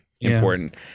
important